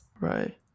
right